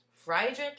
Friedrich